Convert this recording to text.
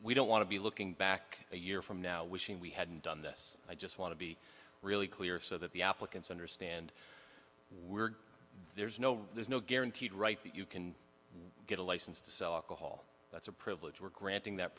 we don't want to be looking back a year from now wishing we hadn't done this i just want to be really clear so that the applicants understand there's no there's no guaranteed right that you can get a license to sell alcohol that's a privilege we're granting that